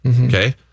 Okay